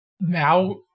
now